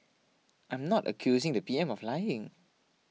I'm not accusing the P M of lying